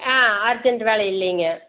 ஆ urgent வேலை இல்லைங்க